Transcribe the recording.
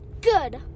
Good